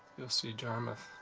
you'll see jarmuth.